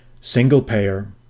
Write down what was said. single-payer